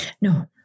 No